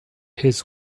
his